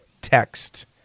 text